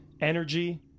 Energy